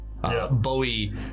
Bowie